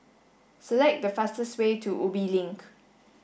select the fastest way to Ubi Link